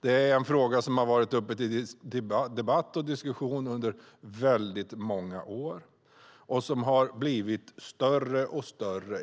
Det är en fråga som har varit uppe till debatt och diskussion under många år. Den har blivit större och större,